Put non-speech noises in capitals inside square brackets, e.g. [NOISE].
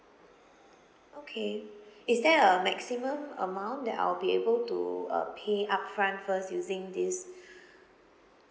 okay is there a maximum amount that I'll be able to uh pay upfront first using this [BREATH]